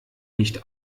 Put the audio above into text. nicht